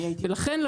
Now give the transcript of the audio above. ולכן,